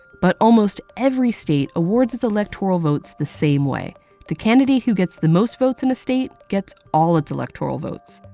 but almost every state awards its electoral votes the same way the candidate who gets the most votes in a state, gets all its electoral votes.